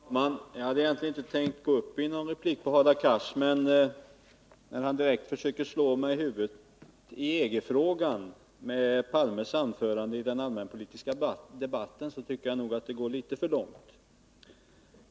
Herr talman! Jag hade egentligen inte tänkt att gå upp i någon replik på Hadar Cars anförande, men när han i EG-frågan direkt försöker slå mig i huvudet med Olof Palmes anförande i den allmänpolitiska debatten, tycker jag att det går litet för långt.